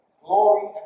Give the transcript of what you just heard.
glory